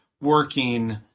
working